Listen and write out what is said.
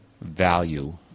value